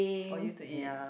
for you to eat